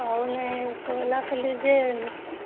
ଆଉ ଖାଲି ଯେ